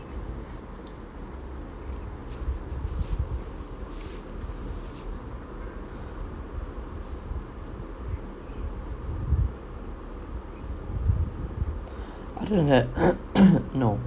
I don't have no